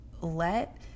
let